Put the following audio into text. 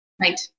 Right